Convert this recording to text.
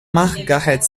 margaret